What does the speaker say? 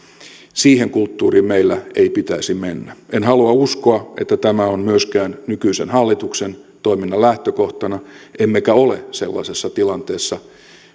siihen kulttuuriin meillä ei pitäisi mennä en halua uskoa että tämä on myöskään nykyisen hallituksen toiminnan lähtökohtana emmekä ole sellaisessa tilanteessa